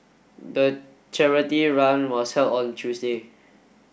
the charity run was held on Tuesday